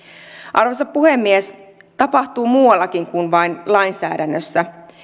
arvoisa puhemies tapahtuu muuallakin kuin vain lainsäädännössä